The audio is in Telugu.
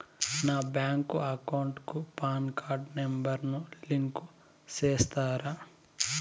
నా బ్యాంకు అకౌంట్ కు పాన్ కార్డు నెంబర్ ను లింకు సేస్తారా?